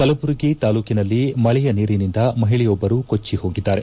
ಕಲಬುರಗಿ ತಾಲೂಕಿನಲ್ಲಿ ಮಳೆಯ ನೀರಿನಿಂದ ಮಹಿಳೆಯೊಬ್ಬರು ಕೊಚ್ಚೆ ಹೋಗಿದ್ದಾರೆ